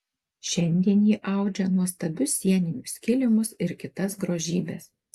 šiandien ji audžia nuostabius sieninius kilimus ir kitas grožybes